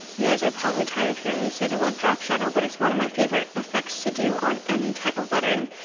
you guys are probably tired of hearing me say the word drop shadow, but it's one of my favorite effects to do on any type of lettering,